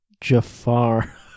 Jafar